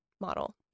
model